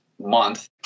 month